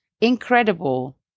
Incredible